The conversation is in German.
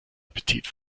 appetit